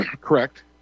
Correct